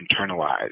internalized